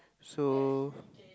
so